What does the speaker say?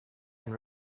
and